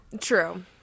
True